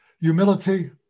humility